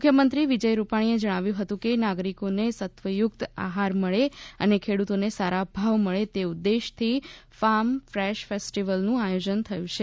મુખ્યમંત્રી વિજય રૂપાણીએ જણાવ્યું હતું કે નાગરિકોને સત્વયુક્ત આહાર મળે અને ખેડૂતોને સારા ભાવ મળે તે ઉદ્દેશથી ફાર્મ ફ્રેશ ફેસ્ટીવલનું આયોજન થયું છે